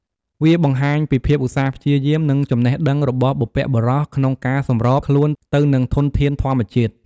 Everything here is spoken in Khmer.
វាបង្ហាញពីភាពឧស្សាហ៍ព្យាយាម និងចំណេះដឹងរបស់បុព្វបុរសក្នុងការសម្របខ្លួនទៅនឹងធនធានធម្មជាតិ។